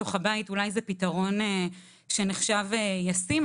בתוך הבית זה אולי פתרון שנחשב ישים,